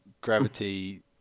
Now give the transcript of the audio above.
gravity